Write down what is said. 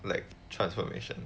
like transformation